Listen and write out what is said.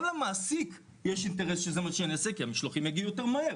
גם למעסיק יש אינטרס שזה מה שאני אעשה כי המשלוחים יגיעו יותר מהר.